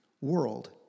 world